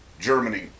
Germany